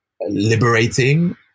liberating